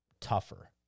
tougher